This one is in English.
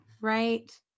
right